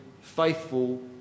faithful